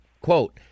quote